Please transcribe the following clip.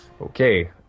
Okay